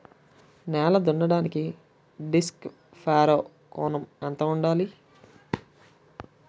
నేల దున్నడానికి disc furrow కోణం ఎంత ఉండాలి?